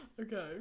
Okay